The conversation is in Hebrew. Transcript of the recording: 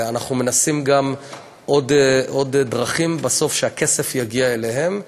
אנחנו מנסים עוד דרכים שבסוף הכסף יגיע אליהם,